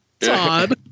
todd